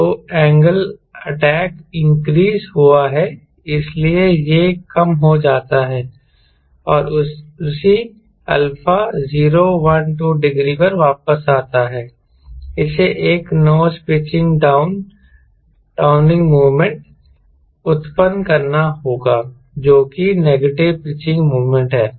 तो attack angle increase हुआ है इसलिए यह कम हो जाता है और उसी α 0 1 2 डिग्री पर वापस आता है इसे एक नोज पिच डाउनिंग मोमेंट उत्पन्न करना होगा जो कि नेगेटिव पिचिंग मोमेंट है